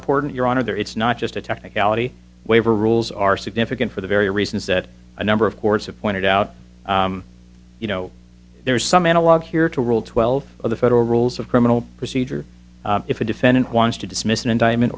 important your honor there it's not just a technicality waiver rules are significant for the very reasons that a number of course have pointed out you know there is some analog here to rule twelve of the federal rules of criminal procedure if a defendant wants to dismiss an indictment